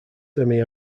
semi